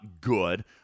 good